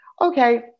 okay